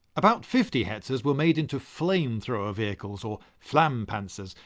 about fifty hetzers were made into flamethrower vehicles, or flammpanzers,